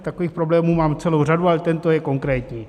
Takových problémů mám celou řadu, ale tento je konkrétní.